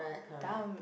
dumb